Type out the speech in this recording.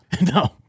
No